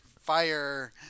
fire